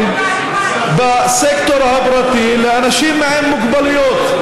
בסקטור הפרטי לאנשים עם מוגבלויות.